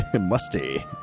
Musty